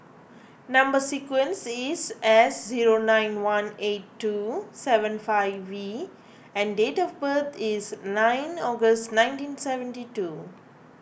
Number Sequence is S zero nine one eight two seven five V and date of birth is nine August nineteen seventy two